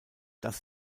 dass